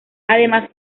además